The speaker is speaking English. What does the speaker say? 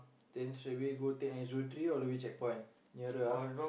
then straight away go take nine zero three all the way checkpoint nearer ah